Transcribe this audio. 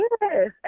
yes